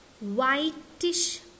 whitish